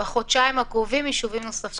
בחודשיים הקרובים ישובים נוספים?